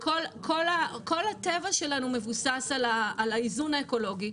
כל הטבע שלנו מבוסס על האיזון האקולוגי.